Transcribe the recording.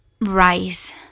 rice